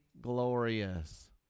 glorious